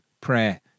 prayer